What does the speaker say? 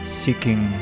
seeking